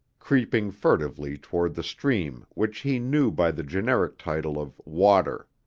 creeping furtively toward the stream which he knew by the generic title of water.